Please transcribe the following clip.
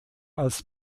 als